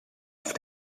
auf